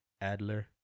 Adler